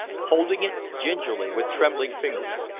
holding it gingerly with trembling fingers.